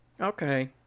okay